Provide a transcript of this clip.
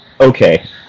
okay